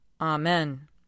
Amen